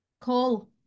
Call